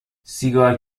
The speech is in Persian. سیگار